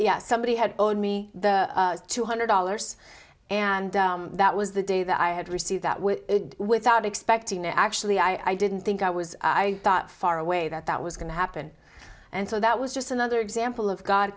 yes somebody had told me the two hundred dollars and that was the day that i had received that with without expecting to actually i didn't think i was i thought far away that that was going to happen and so that was just another example of god